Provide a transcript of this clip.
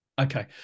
Okay